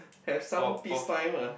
have some peace time ah